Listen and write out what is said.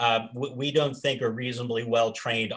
we don't think are reasonably well trained